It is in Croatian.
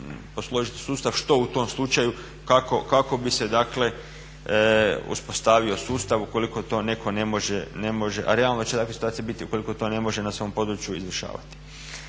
posložiti sustav što u tom slučaju kako bi se dakle uspostavio sustav ukoliko to neko ne može, a realno da će takvih situacija biti ukoliko to ne može na svom području izvršavati.